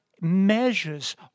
measures